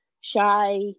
shy